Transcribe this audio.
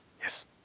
yes